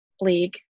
league